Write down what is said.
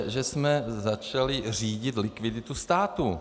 Že jsme začali řídit likviditu státu.